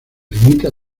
limita